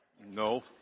No